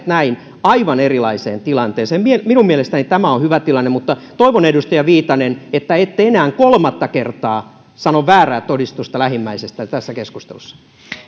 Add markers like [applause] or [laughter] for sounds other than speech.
[unintelligible] näin aivan erilaiseen tilanteeseen minun mielestäni tämä on hyvä tilanne toivon edustaja viitanen että ette enää kolmatta kertaa sano väärää todistusta lähimmäisestä tässä keskustelussa